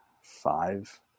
five